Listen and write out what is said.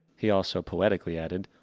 he also poetically added,